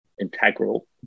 integral